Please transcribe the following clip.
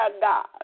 God